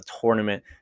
tournament